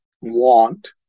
want